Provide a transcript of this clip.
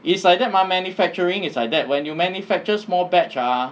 it's like that mah manufacturing is like that when you manufacture small batch ah